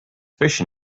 fish